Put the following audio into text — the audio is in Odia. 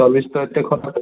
ସର୍ଭିସ ତ ଏତେ ଖରାପ